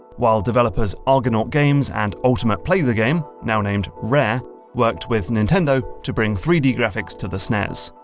while developers argonaut games and ultimate play the game now named rare worked with nintendo to bring three d graphics to the snes.